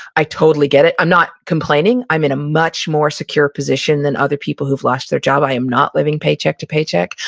i totally get it. i'm not complaining, i'm in a much more secure position than other people who've lost their job. i'm not living paycheck to paycheck.